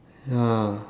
ya